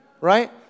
right